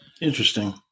Interesting